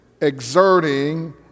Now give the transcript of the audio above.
exerting